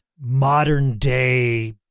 modern-day